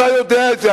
אתה יודע את זה,